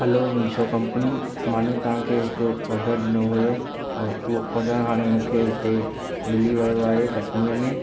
hello Meesho company माने तव्हां खे हिकु ऑडर ॾिनो हुयो और उहो ऑडर हाणे मूंखे हिते मिली वियो आहे कटनीअ में